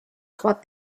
trois